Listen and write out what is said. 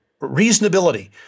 reasonability